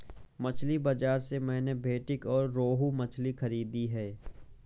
मछली बाजार से मैंने भेंटकी और रोहू मछली खरीदा है